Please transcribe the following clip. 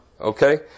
okay